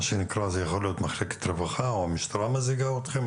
זה יכול להיות מחלקת רווחה או המשטרה מזעיקה אתכם,